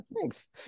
thanks